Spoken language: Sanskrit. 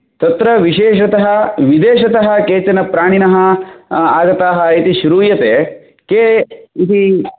तत्र विशेषतः विदेशतः केचन प्राणिनः आगताः इति श्रुयते के इति